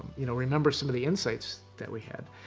you know, remember some of the insights that we had.